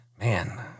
man